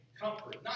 comfort